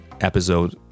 episode